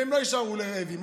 והם לא יישארו רעבים.